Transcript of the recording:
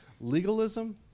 legalism